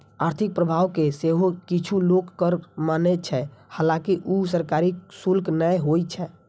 आर्थिक प्रभाव कें सेहो किछु लोक कर माने छै, हालांकि ऊ सरकारी शुल्क नै होइ छै